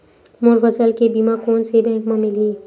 मोर फसल के बीमा कोन से बैंक म मिलही?